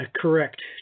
correct